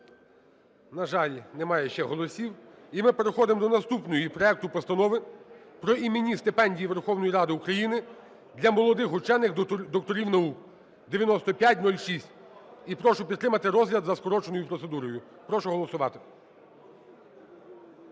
На жаль, немає ще голосів. І ми переходимо до наступного проекту Постанови про іменні стипендії Верховної Ради України для молодих учених - докторів наук (9506). І прошу підтримати розгляд за скороченою процедурою. Прошу голосувати.